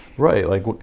right like